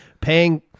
paying